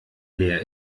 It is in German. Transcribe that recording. leer